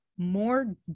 more